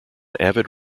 avid